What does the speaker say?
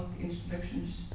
instructions